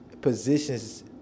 Positions